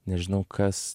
nežinau kas